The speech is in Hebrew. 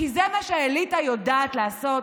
כי זה מה שהאליטה יודעת לעשות,